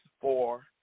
four